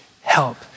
help